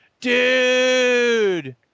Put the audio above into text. Dude